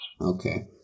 Okay